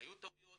והיו טעויות